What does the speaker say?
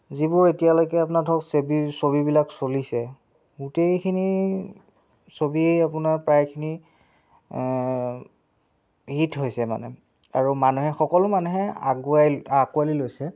যিবোৰ এতিয়ালৈকে আপোনাৰ ধৰক চেবিৰ ছবিবিলাক চলিছে গোটেইখিনি ছবিয়ে আপোনাৰ প্ৰায়খিনি হিট হৈছে মানে আৰু মানুহে সকলো মানুহে আগুৱাই আকোঁৱালি লৈছে